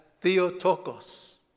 theotokos